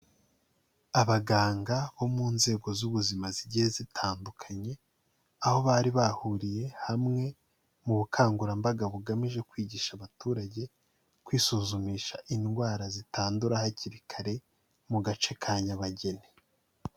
Abaganga bo mu nzego z'ubuzima zigiye zitandukanye aho bari bahuriye hamwe mu bukangurambaga bugamije kwigisha abaturage kwisuzumisha indwara zitandura hakiri kare mu gace ka nyabageni.